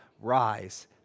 rise